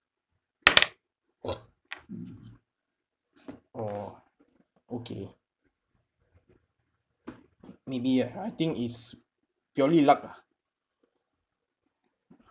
orh okay maybe ah I think is purely luck ah